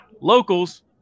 locals